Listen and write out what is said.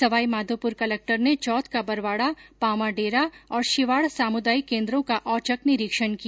Sawai Madhopur collector ने चौथ का बरवाड़ा पांवाडेरा और शिवाड़ सामुदायिक केन्द्रों का औचक निरीक्षण किया